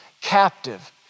captive